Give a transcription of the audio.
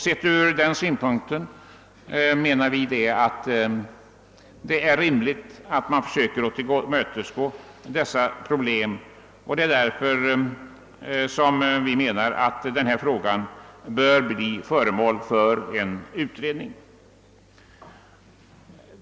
Sett från dessa synpunkter menar vi att det är rimligt ait man försöker tillgodose dessa intressen och att denna fråga blir föremål för utredning.